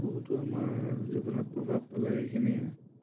বহুতো আমাৰ জীৱনত প্ৰভাৱ পেলায় এইখিনিয়ে